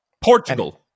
Portugal